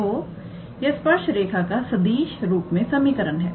तो यह स्पर्श रेखा का सदिश रूप मे समीकरण है